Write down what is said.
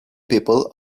people